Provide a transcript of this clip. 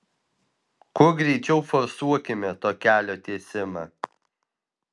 kuo greičiau forsuokime to kelio tiesimą